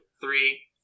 three